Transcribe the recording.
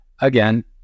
Again